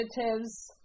adjectives